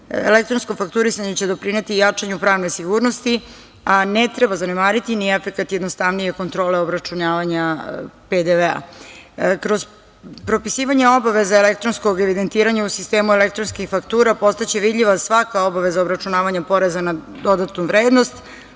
interesa. Elektronsko fakturisanje će doprineti jačanju pravne sigurnosti, a ne treba zanemariti ni efekat jednostavnije kontrole obračunavanja PDV.Kroz propisivanje obaveza elektronskog evidentiranja u sistemu elektronskih faktura postaće vidljiva svaka obaveza obračunavanja poreza na dodatnu vrednost,